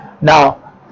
now